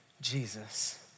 Jesus